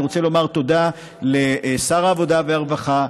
אני רוצה לומר תודה לשר העבודה והרווחה,